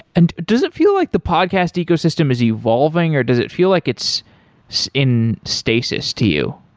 and does it feel like the podcast ecosystem is evolving, or does it feel like it's in stasis to you?